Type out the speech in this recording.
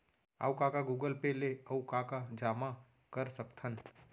अऊ का का गूगल पे ले अऊ का का जामा कर सकथन?